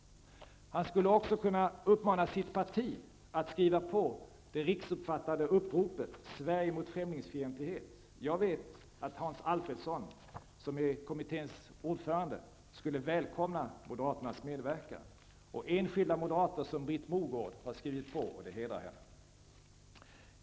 Han skulle också kunna uppmana sitt parti att skriva på det riksomfattande uppropet Sverige mot främlingsfientlighet. Jag vet att Hans Alfredson, som är kommitténs ordförande, skulle välkomna moderaternas medverkan. Enskilda moderater, som Britt Mogård, har skrivit på, och det hedrar henne.